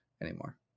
anymore